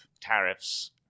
tariffs